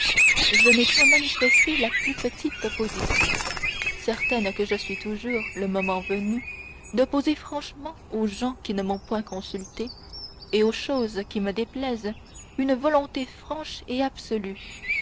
je n'ai point manifesté la plus petite opposition certaine que je suis toujours le moment venu d'opposer franchement aux gens qui ne m'ont point consultée et aux choses qui me déplaisent une volonté franche et absolue